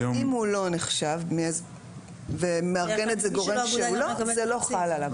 אם הוא לא נחשב ומארגן את זה גורם שהוא לא אגודה זה לא חל עליו.